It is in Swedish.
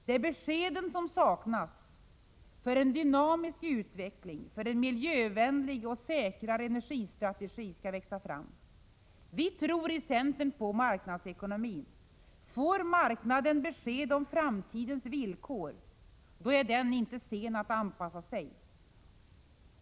Det är beskeden som saknas för att en dynamisk utveckling för en miljövänlig och säkrare energistrategi skall växa fram. Vi tror i centern på marknadsekonomin. Får marknaden besked om framtidens villkor, då är den inte sen att anpassa sig.